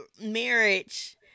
marriage